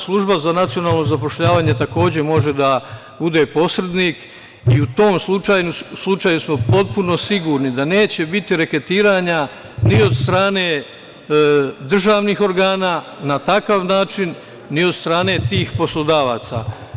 Služba za nacionalno zapošljavanje takođe može da bude posrednik i u tom slučaju smo potpuno sigurni da neće biti reketiranja ni od strane državnih organa na takav način, ni od strane tih poslodavaca.